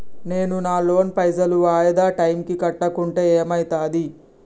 నేను నా లోన్ పైసల్ వాయిదా టైం కి కట్టకుంటే ఏమైతది?